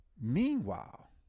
Meanwhile